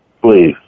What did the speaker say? Please